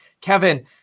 kevin